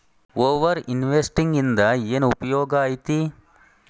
over investing ಇಂದ ಏನ್ ಉಪಯೋಗ ಐತಿ